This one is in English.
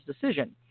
decision